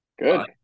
Good